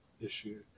issue